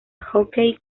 jockey